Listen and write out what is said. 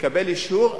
תקבל אישור,